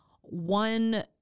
one